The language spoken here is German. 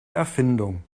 erfindung